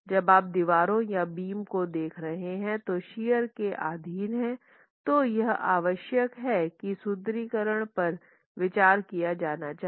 जब आप दीवारों या बीम को देख रहे हैं जो शियर के अधीन हैं तो यह आवश्यक है कि सुदृढीकरण पर विचार किया जाना चाहिए